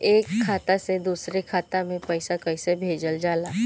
एक खाता से दुसरे खाता मे पैसा कैसे भेजल जाला?